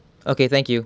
okay thank you